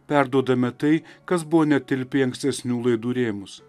perduodame tai kas buvo netilpę į ankstesnių laidų rėmus